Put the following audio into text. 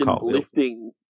lifting